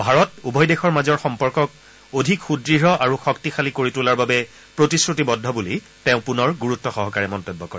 ভাৰত উভয় দেশৰ মাজৰ সম্পৰ্কক অধিক সুদ্য় আৰু শক্তিশালী কৰি তোলাৰ বাবে প্ৰতিশ্ৰুতিবদ্ধ বুলি তেওঁ পুনৰ গুৰুত্বসহকাৰে মন্তব্য কৰে